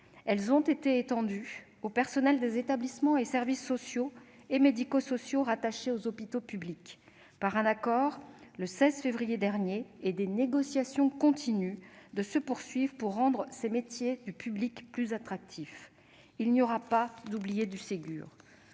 Elles ont été étendues aux personnels des établissements et des services sociaux et médico-sociaux rattachés aux hôpitaux publics par un accord, le 16 février dernier. Des négociations se poursuivent pour rendre ces métiers du public plus attractifs. Il n'y aura pas d'oubliés du Ségur